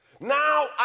Now